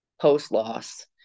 post-loss